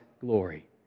glory